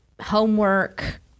homework